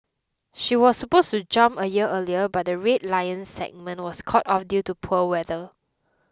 she was supposed to jump a year earlier but the Red Lions segment was called off due to poor weather